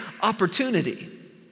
opportunity